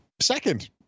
second